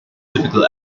typical